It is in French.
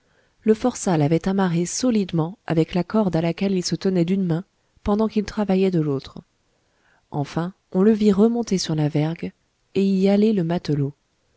le forçat l'avait amarré solidement avec la corde à laquelle il se tenait d'une main pendant qu'il travaillait de l'autre enfin on le vit remonter sur la vergue et y haler le matelot